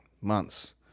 months